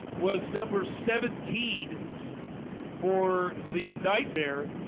was number seventeen for the nightmare,